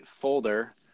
folder